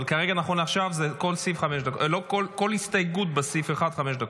כרגע, נכון לעכשיו, כל הסתייגות לסעיף 1 חמש דקות.